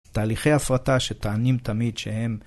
תהליכי הפרטה שטוענים תמיד שהם